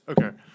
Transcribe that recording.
okay